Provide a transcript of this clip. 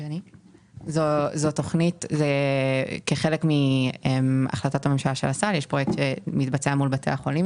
זו תכנית שהיא חלק מהחלטת הממשלה שמתבצעת מול בתי החולים,